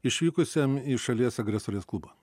išvykusiam į šalies agresorės klubą